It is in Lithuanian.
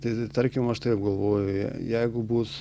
tai tai tarkim aš taip galvoju jeigu bus